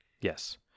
yes